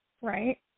right